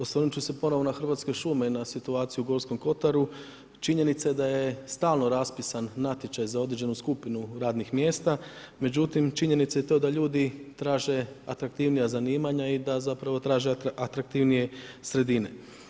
Osvrnuti ću se ponovno na Hrvatske šume i na situaciju na Gorskom kotaru, činjenica je da je stalno raspisan natječaj za određenu skupinu radnih mjesta, međutim, činjenica je i to da ljudi traže atraktivnija zanimanja i da zapravo traže atraktivnije sredine.